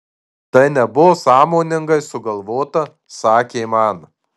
tai nebuvo sąmoningai sugalvota sakė man